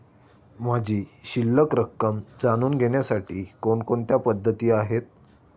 माझी शिल्लक रक्कम जाणून घेण्यासाठी कोणकोणत्या पद्धती आहेत?